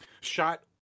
shot